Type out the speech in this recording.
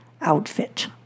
outfit